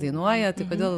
dainuoja tai kodėl